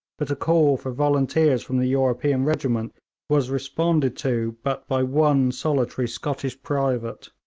but a call for volunteers from the european regiment was responded to but by one solitary scottish private.